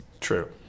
True